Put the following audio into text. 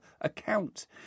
account